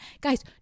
guys